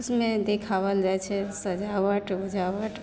ओहिमे देखाओल जाइ छै सजावट उजावट